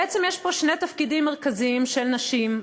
בעצם יש פה שני תפקידים מרכזיים של נשים: